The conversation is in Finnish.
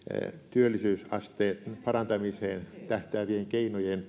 työllisyysasteen parantamiseen tähtäävien keinojen